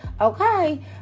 okay